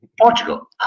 Portugal